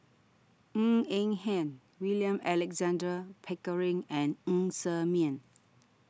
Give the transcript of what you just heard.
Ng Eng Hen William Alexander Pickering and Ng Ser Miang